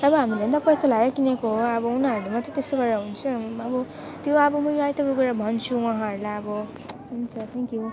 जब हामीहरूले पनि त पैसा लाएर किनेको हो अब उनीहरूले मात्र त्यस्तो गरेर हुन्छ अब त्यो अब म यो आइतवार गएर भन्छु उहाँहरूलाई अब हुन्छ थ्याङ्क यु